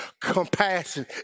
compassion